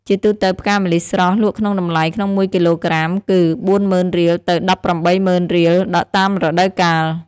ជាទូទៅ ផ្កាម្លិះ ស្រស់ លក់ក្នុងតម្លៃក្នុងមួយគីឡូក្រាមពី ៤០០០០រៀលទៅ ១៨០០០០រៀល តាមរដូវកាល ៕